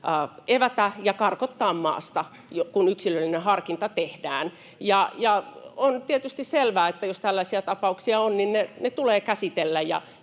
evätä ja karkottaa maasta, kun yksilöllinen harkinta tehdään. On tietysti selvää, että jos tällaisia tapauksia on, niin ne tulee käsitellä